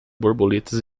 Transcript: borboletas